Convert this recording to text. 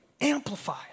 amplify